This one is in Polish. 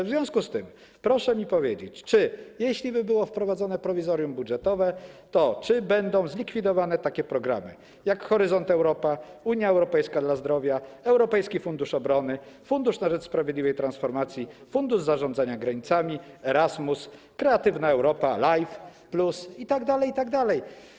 W związku z tym proszę mi powiedzieć, czy jeśliby było wprowadzone prowizorium budżetowe, toby zlikwidowano takie programy, jak „Horyzont Europa”, „Unia Europejska dla zdrowia”, Europejski Fundusz Obronny, Fundusz na rzecz Sprawiedliwej Transformacji, fundusz zarządzania granicami, Erasmus, „Kreatywna Europa”, LIFE+ itd., itd.